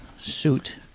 suit